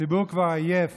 הציבור כבר עייף